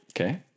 Okay